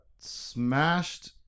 smashed